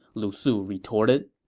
lu su retorted.